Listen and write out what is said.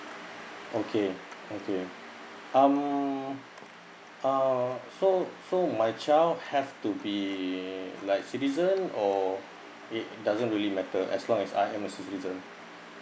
okay okay um uh so so my child have to be like citizen or it doesn't really matter as long as I am a citizen